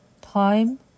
Time